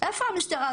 איפה המשטרה?